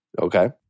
Okay